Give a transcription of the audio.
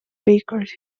bakers